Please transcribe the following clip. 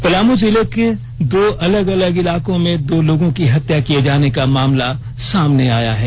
पलामु जिले को दो अलग अलग इलाकों में दो लोगों की हत्या किए जाने का मामला सामने आया है